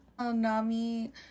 Nami